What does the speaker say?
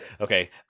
Okay